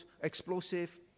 explosive